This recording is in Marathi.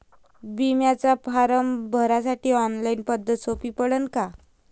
बिम्याचा फारम भरासाठी ऑनलाईन पद्धत सोपी पडन का?